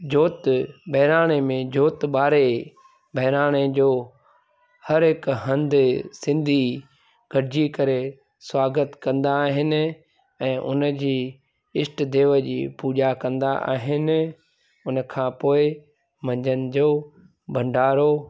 जोति बहिराणे में जोति ॿारे बहिराणे जो हरि हिकु हंधि सिंधी गॾिजी करे स्वागत कंदा आहिनि ऐं उनजी इष्टदेव जी पूॼा कंदा आहिनि उनखां पोइ मंझंदि जो भंडारो